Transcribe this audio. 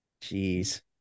Jeez